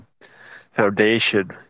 foundation